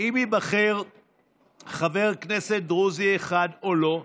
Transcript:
אם ייבחר חבר כנסת דרוזי אחד או לא,